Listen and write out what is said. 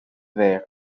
verde